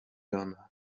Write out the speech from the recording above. done